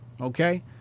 okay